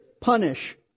punish